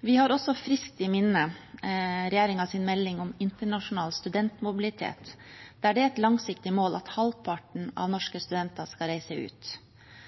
Vi har også friskt i minne regjeringens melding om internasjonal studentmobilitet, der det er et langsiktig mål at halvparten av norske studenter skal reise ut.